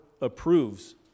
approves